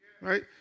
right